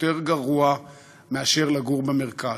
יותר גרוע מאשר לגור במרכז,